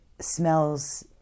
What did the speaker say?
smells